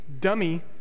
dummy